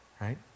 Right